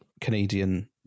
Canadian